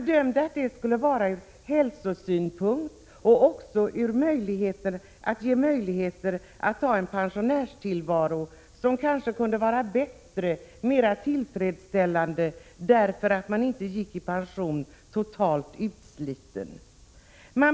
Detta bedömdes vara bra ur hälsosynpunkt, och man räknade med att det skulle skapa möjligheter till en bättre och mer tillfredsställande pensionärstillvaro, eftersom människor slapp gå i pension totalt utslitna.